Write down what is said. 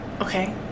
okay